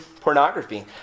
pornography